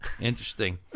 Interesting